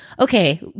Okay